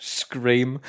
scream